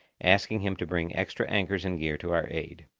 asking him to bring extra anchors and gear to our aid.